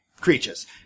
creatures